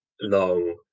long